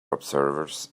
observers